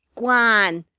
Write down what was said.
gwan!